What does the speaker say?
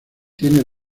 tiene